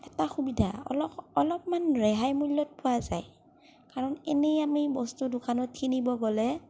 এটা সুবিধা অলপ অলপমান ৰেহাই মূল্যত পোৱা যায় কাৰণ এনেই আমি বস্তু দোকানত কিনিব গ'লে